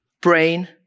brain